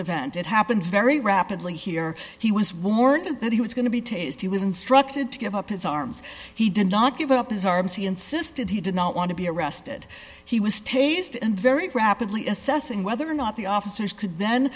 event it happened very rapidly here he was warned that he was going to be taste he was instructed to give up his arms he did not give up his arms he insisted he did not want to be arrested he was tasered and very rapidly assessing whether or not the officers could then